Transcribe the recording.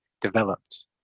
developed